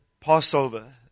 Passover